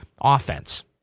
Offense